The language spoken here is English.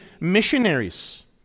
missionaries